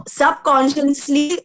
subconsciously